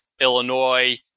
Illinois